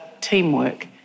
teamwork